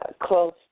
close